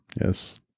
Yes